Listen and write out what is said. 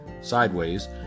sideways